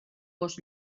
gos